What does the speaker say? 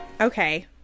Okay